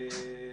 התחיל.